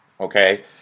okay